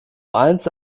einst